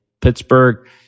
Pittsburgh